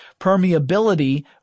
Permeability